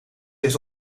eens